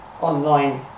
online